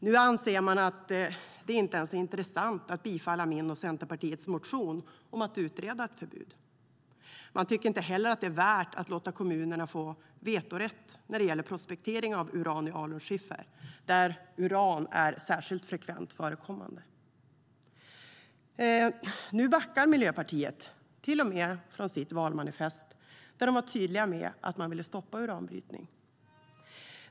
Nu anser de att det inte ens är intressant att bifalla min och Centerpartiets motion om att utreda ett förbud. De tycker inte heller att det är värt att låta kommunerna få vetorätt när det gäller prospektering av uran i alunskiffer, där uran är särskilt frekvent förekommande. Nu backar Miljöpartiet till och med från sitt valmanifest där de var tydliga med att de ville stoppa uranbrytning.